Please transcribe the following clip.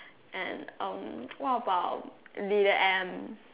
and um what about leader M